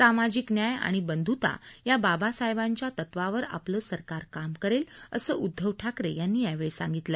सामाजिक न्याय आणि बंधुता या बाबासाहेबांच्या तत्वावर आपलं सरकार काम करेल असं उद्धव ठाकरे यांनी यावेळी सांगितलं